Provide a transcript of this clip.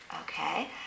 Okay